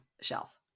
shelf